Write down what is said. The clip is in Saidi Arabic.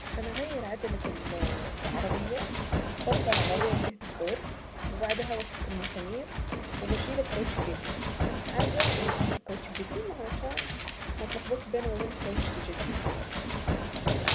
عشان اغير عجلة العربية برفع العربية كده بالكوارك وبعدها وسط المسامير وبشيل الكاوتش القديم اهم حاجة اني اشيل الكاوتش القديم علشان ما اتلخبطش بيني وبين الكاوتش الجديد